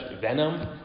venom